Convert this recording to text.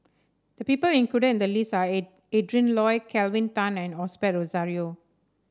the people included in the list are A Adrin Loi Kelvin Tan and Osbert Rozario